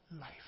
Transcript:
Life